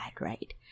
right